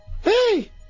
Hey